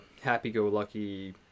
happy-go-lucky